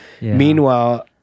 Meanwhile